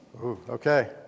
okay